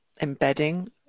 embedding